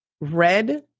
red